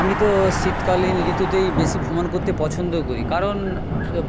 আমি তো শীতকালীন ঋতুতেই বেশি ভ্রমণ করতে পছন্দ করি কারণ